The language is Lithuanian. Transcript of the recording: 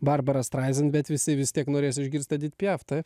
barbarą straizent bet visi vis tiek norės išgirst edit piaf taip